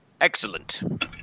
Excellent